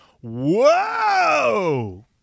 whoa